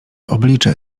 oblicze